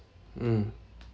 mm